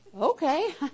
Okay